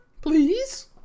please